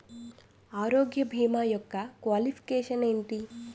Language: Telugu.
ఆరోగ్య భీమా యెక్క క్వాలిఫికేషన్ ఎంటి?